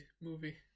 movie